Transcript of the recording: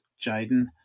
Jaden